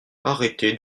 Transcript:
arrêtez